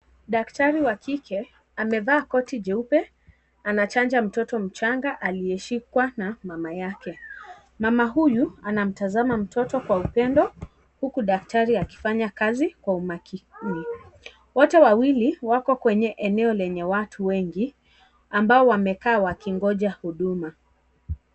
Daktari wa kike amevaa koti jeupe anachanja mtoto mchanga aliyeshikwa na mama yake. Mama huyu anamtazama mtoto kwa upendo huku daktari akifanya kazi kwa umakini. WOte wawili wako kwenye eneo lenye watu wengi ambao wamekaa wakingoja huduma.